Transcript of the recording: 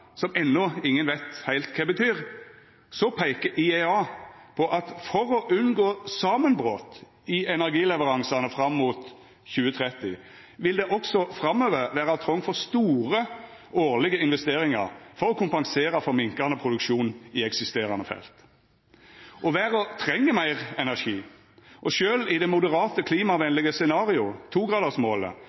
som enno ingen veit heilt kva betyr, peikar IEA på at for å unngå samanbrot i energileveransane fram mot 2030 vil det også framover vera trong for store årlege investeringar for å kompensera for minkande produksjon i eksisterande felt. Og verda treng meir energi, og sjølv i det moderate klimavenlege scenario, togradersmålet,